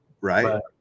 Right